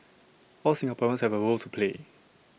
all Singaporeans have A role to play